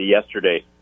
yesterday